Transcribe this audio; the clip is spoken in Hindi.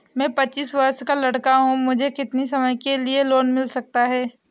मैं पच्चीस वर्ष का लड़का हूँ मुझे कितनी समय के लिए लोन मिल सकता है?